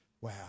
Wow